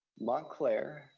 montclair,